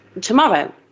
tomorrow